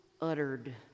uttered